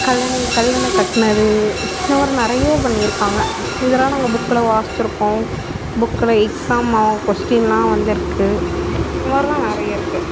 கல்லணை கல்லணை கட்டினது இந்தமாதிரி நிறைய பண்ணியிருக்காங்க இதெல்லாம் நாங்கள் புக்கில் வாசிச்சுருக்கோம் புக்கில் எக்ஸாமோ கொஸ்டினெலாம் வந்துருக்குது இந்தமாதிரிலாம் நிறைய இருக்குது